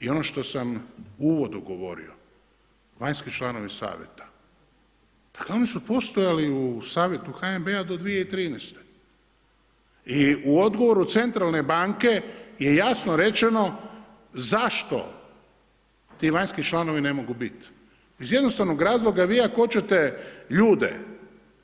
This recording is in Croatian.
I ono što sam u uvodu govorio, vanjski članovi savjeta, oni su postojali u savjetu HNB-a do 2013. i u odgovoru centralne banke je jasno rečeno zašto ti vanjski članovi ne mogu biti, iz jednostavnog razloga, vi ako hoćete ljudi